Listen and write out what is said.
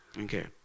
Okay